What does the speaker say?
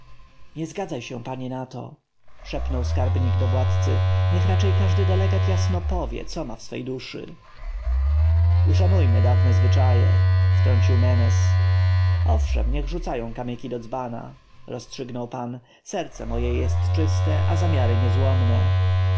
zgadzaj się panie na to szepnął skarbnik do władcy niech raczej każdy delegat jasno powie co ma w swej duszy uszanujmy dawne zwyczaje wtrącił mefres owszem niech rzucają kamyki do dzbana rozstrzygnął pan serce moje jest czyste a zamiary niezłomne